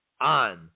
on